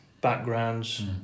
backgrounds